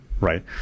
Right